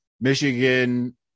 Michigan